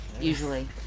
usually